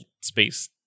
space